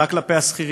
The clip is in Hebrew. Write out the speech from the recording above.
ורק כלפי השכירים.